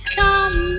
come